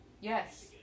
yes